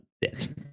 bit